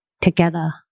together